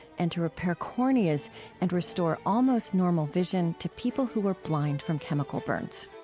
and to repair corneas and restore almost normal vision to people who were blind from chemical burns